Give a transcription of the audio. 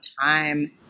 time